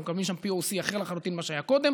ואנחנו מקבלים שם POC אחר לחלוטין ממה שהיה קודם.